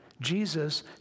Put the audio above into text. Jesus